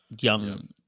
young